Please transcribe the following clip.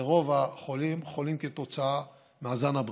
ורוב החולים חולים כתוצאה מהזן הבריטי,